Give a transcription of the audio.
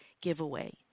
giveaway